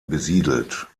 besiedelt